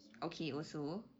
okay also